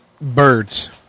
Birds